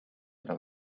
era